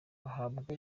bahabwa